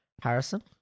Harrison